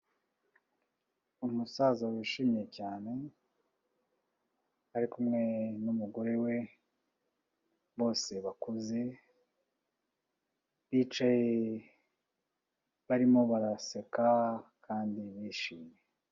umusaza wishimye cyane, ari kumwe numugore we bose bakuze, bicaye barimo baraseka kandi bishimye.